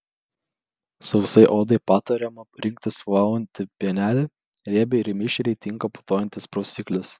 sausai odai patariama rinktis valantį pienelį riebiai ir mišriai tinka putojantis prausiklis